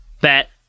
bet